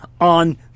on